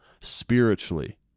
spiritually